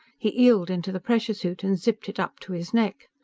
he eeled into the pressure suit and zipped it up to his neck.